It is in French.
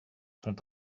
sont